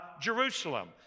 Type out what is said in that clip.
Jerusalem